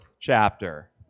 chapter